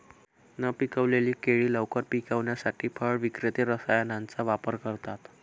न पिकलेली केळी लवकर पिकवण्यासाठी फळ विक्रेते रसायनांचा वापर करतात